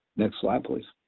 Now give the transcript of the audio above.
next slide please.